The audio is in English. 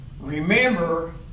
remember